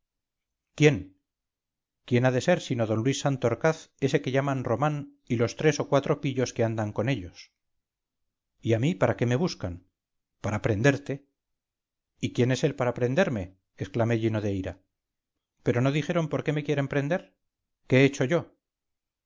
quién quién ha de ser sino d luis santorcaz ese que llaman román y los tres o cuatro pillos que andan con ellos y a mí para qué me buscan para prenderte y quién es él para prenderme exclamé lleno de ira pero no dijeron por qué me quieren prender qué he hecho yo